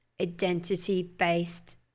identity-based